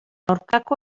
aurkako